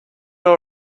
all